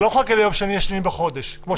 את לא יכולה לקבל יום שני ה-2 בחודש, כמו